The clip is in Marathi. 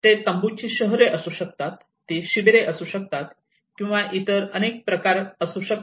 ते तंबूची शहरे असू शकतात ती शिबिरे असू शकतात किंवा इतर अनेक प्रकार असू शकतात